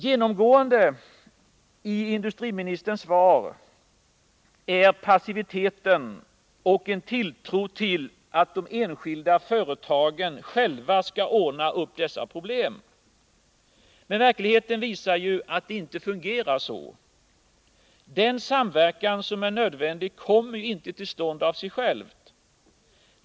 Genomgående i industriministerns svar är passiviteten och tilltron till att de enskilda företagen själva kan klara detta problem. Men verkligheten visar juatt det inte fungerar så. Den samverkan som är nödvändig kommer inte till stånd av sig själv.